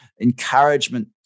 encouragement